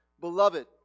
Beloved